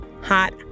hot